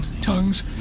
tongues